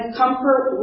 comfort